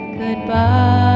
goodbye